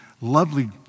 lovely